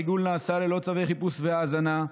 הריגול נעשה ללא צווי חיפוש והאזנה,